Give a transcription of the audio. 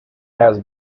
has